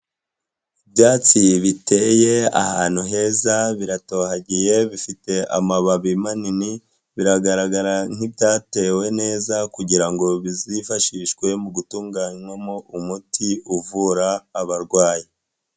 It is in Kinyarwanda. Ibyatsi biteye ahantu heza biratohagiye bifite amababi manini biragaragara nk'ibyatewe neza kugira ngo bizifashishwe mu gutunganywamo umuti uvura abarwayi.